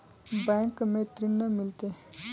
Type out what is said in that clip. Bank में ऋण मिलते?